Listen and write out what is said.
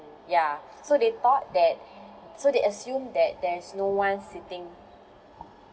ya so they thought that so they assume that there's no one sitting